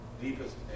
deepest